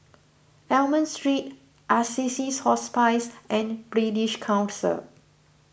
Almond Street Assisies Hospice and British Council